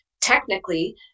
technically